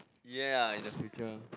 ya in the future